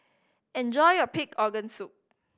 enjoy your pig organ soup